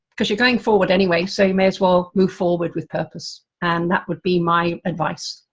because you're going forward anyway, so you may as well move forward with purpose, and that would be my advice.